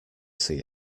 see